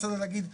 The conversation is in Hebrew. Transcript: בסדר להגיד,